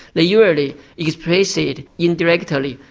they usually express it indirectly.